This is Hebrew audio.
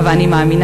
אבל אני מאמינה,